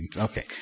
Okay